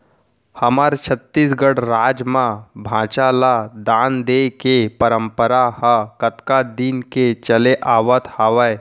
हमर छत्तीसगढ़ राज म भांचा ल दान देय के परपंरा ह कतका दिन के चले आवत हावय